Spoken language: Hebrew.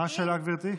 מה השאלה, גברתי?